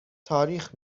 تاریخ